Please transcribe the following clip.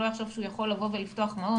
לא יחשוב שהוא יכול לבוא ולפתוח מעון.